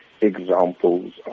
examples